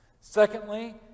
Secondly